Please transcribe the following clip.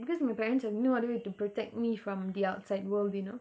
because my parents have no other way to protect me from the outside world you know